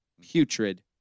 putrid